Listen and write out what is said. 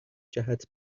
جهت